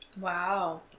Wow